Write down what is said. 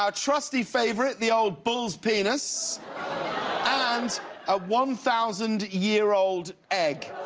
um trusty favorite, the old bull's penis and a one thousand year old egg.